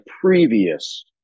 previous